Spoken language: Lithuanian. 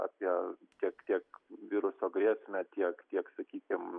apie tiek tiek viruso grėsmę tiek kiek sakykim